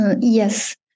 Yes